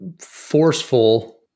forceful